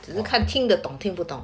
只是看听得懂听不懂